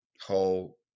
whole